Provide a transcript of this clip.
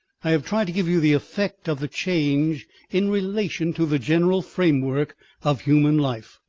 i have tried to give you the effect of the change in relation to the general framework of human life,